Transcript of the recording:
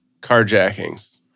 carjackings